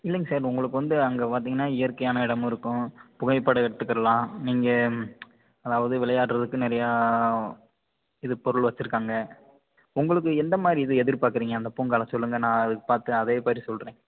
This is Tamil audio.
இல்லைங்க சார் உங்களுக்கு வந்து அங்கே பார்த்தீங்கன்னா இயற்கையான இடமும் இருக்கும் புகைப்படம் எடுத்துக்குடலாம் நீங்கள் அதாவது விளையாடுறதுக்கு நிறையா இது பொருள் வச்சுருக்காங்க உங்களுக்கு எந்தமாதிரி இது எதிர்பார்க்குறீங்க அந்த பூங்காவில் சொல்லுங்க நான் அதுக் பார்க்குறேன் அதேமாதிரி சொல்கிறேன்